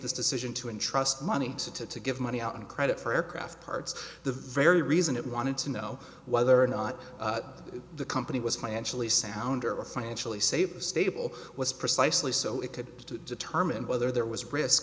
this decision to entrust money to to give money out in credit for aircraft parts the very reason it wanted to know whether or not the company was my actually sounder or financially safe stable was precisely so it could determine whether there was risk